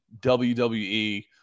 WWE